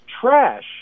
trash